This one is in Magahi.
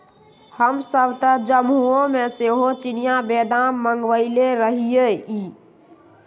हमसभ तऽ जम्मूओ से सेहो चिनियाँ बेदाम मँगवएले रहीयइ